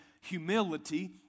humility